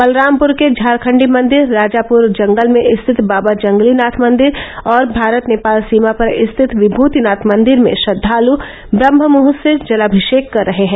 बलरामपुर के झारखंडी मंदिर राजापुर जंगल में स्थित बाबा जंगली नाथ मंदिर और भारत नेपाल सीमा पर स्थित विमृतिनाथ मंदिर में श्रद्वाल ब्रहममुद्र्त से जलाभिषेक कर रहे हैं